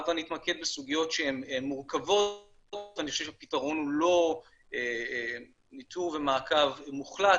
הבה נתמקד בסוגיות שהן מורכבות --- הפתרון הוא לא ניטור ומעקב מוחלט,